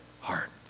heart